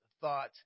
thoughts